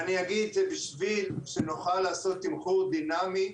בשביל שנוכל לעשות תמחור דינמי,